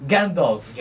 Gandalf